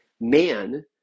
man